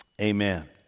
Amen